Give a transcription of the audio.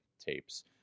tapes